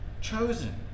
chosen